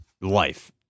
life